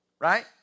Right